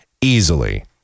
easily